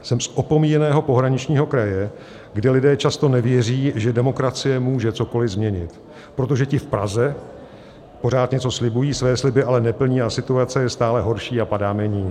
Jsem z opomíjeného pohraničního kraje, kde lidé často nevěří, že demokracie může cokoli změnit, protože ti v Praze pořád něco slibují, své sliby ale neplní, situace je stále horší a padáme níž.